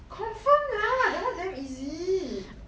confirm lah that [one] damn easy okay